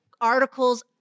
articles